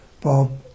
Bob